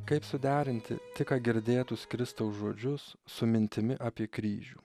kaip suderinti tik ką girdėtus kristaus žodžius su mintimi apie kryžių